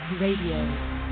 Radio